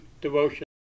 devotion